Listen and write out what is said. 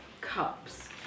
cups